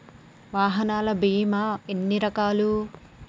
వాహనాల బీమా ఎన్ని రకాలు?